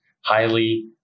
highly